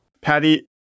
Patty